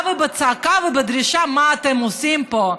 בא בצעקה ובדרישה: מה אתם עושים פה.